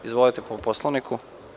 Izvolite, po Poslovniku.